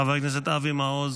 חבר הכנסת אבי מעוז,